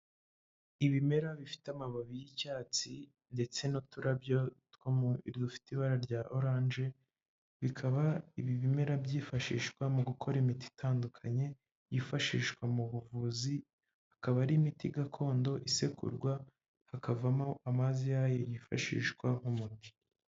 Ibimera bifite amababi y'icyatsi ndetse n'uturabyo dufite ibara rya oranje, bikaba ibi bimera byifashishwa mu gukora imiti itandukanye yifashishwa mu buvuzi, akaba ari imiti gakondo isekurwa hakavamo amazi yayo yifashishwa mu mubiri.